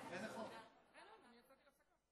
הינני מתכבדת להודיעכם,